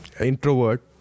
introvert